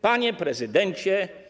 Panie Prezydencie!